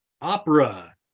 opera